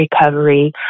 recovery